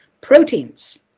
proteins